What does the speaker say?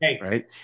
right